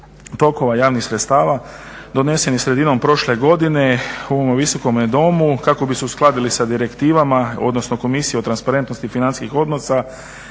tokova javnih sredstava donesen je sredinom prošle godine u ovome Visokome domu kako bi se uskladili sa direktivama odnosno Komisija o transparentnosti financijskih odnosa